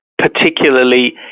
Particularly